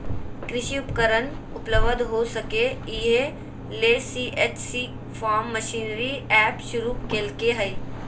कृषि उपकरण उपलब्ध हो सके, इहे ले सी.एच.सी फार्म मशीनरी एप शुरू कैल्के हइ